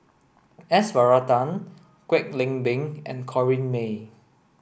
S Varathan Kwek Leng Beng and Corrinne May